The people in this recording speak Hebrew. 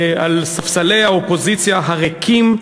על ספסלי האופוזיציה הריקים,